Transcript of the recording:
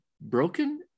broken